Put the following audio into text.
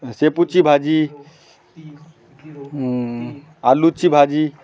शेपूची भाजी आलूची भाजी